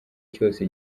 cyose